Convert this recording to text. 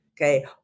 okay